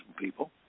people